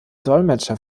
dolmetscher